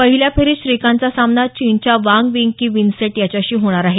पहिल्या फेरीत श्रीकांतचा सामना चीनच्या वांग विंग की विन्सेन्ट याच्याशी होणार आहे